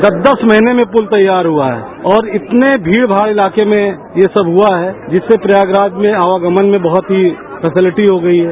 दस दस महीने में पुल तैयार हुआ है और इतने भीड़भाड़ वाले इलाके में यह सब हुआ है जिससे प्रयागराज में आवागमन में बहुत ही फंसिलिटी हो गई है